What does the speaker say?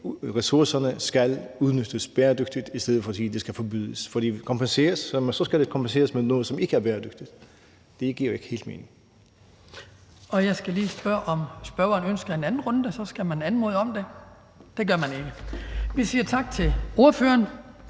at ressourcerne skal udnyttes bæredygtigt, i stedet for at det skal forbydes. For skal det kompenseres, skal det kompenseres med noget, som ikke er bæredygtigt. Det giver jo ikke helt mening. Kl. 15:26 Den fg. formand (Hans Kristian Skibby): Jeg skal lige spørge, om spørgeren ønsker en anden runde, for så skal man anmode om det. Det gør man ikke. Vi siger tak til ordføreren.